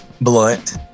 blunt